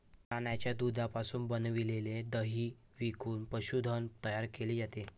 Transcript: प्राण्यांच्या दुधापासून बनविलेले दही विकून पशुधन तयार केले जाते